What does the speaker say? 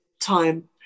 time